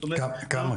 כמה?